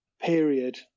period